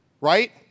Right